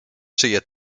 czyje